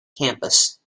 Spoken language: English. campus